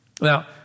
Now